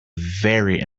very